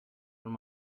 one